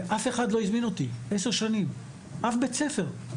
אף אחד לא הזמין אותי עשר שנים, אף בית ספר.